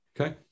okay